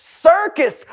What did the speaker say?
circus